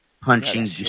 Punching